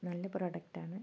നല്ല പ്രൊഡക്ടാണ്